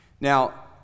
Now